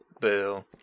Boo